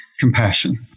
compassion